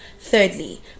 Thirdly